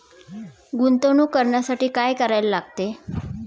गुंतवणूक करण्यासाठी काय करायला लागते?